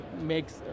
makes